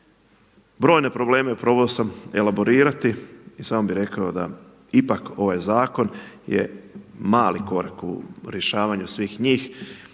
Brojne probleme probao sam elaborirati i samo bih rekao da ipak ovaj zakon je mali korak u rješavanju svih njih.